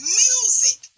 music